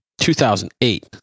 2008